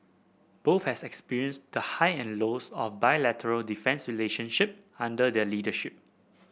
both have experienced the high and lows of bilateral defence relationship under their leadership